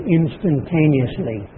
instantaneously